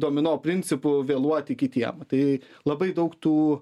domino principu vėluoti kitiem tai labai daug tų